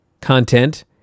content